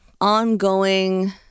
ongoing